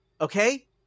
okay